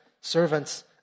servant's